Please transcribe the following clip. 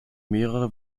mehrere